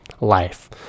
life